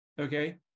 okay